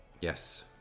Yes